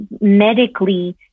medically